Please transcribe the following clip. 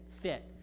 fit